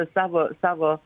savo savo